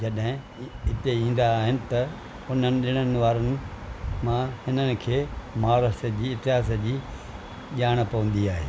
जॾहिं हिते ईंदा आहिनि त उन्हनि ॾिणनि वारनि मां हिननि खे महाराष्ट्र जी इतिहास जी जाण पवंदी आहे